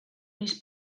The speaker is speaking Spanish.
mis